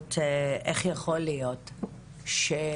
שואלות איך יכול להיות שהרשויות,